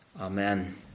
Amen